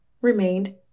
remained